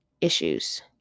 issues